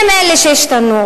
הם אלה שהשתנו.